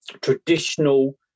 traditional